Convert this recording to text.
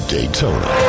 Daytona